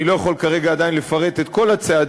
אני לא יכול כרגע עדיין לפרט את כל הצעדים,